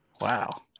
Wow